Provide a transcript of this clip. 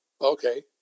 Okay